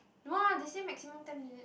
no ah they say maximum ten minute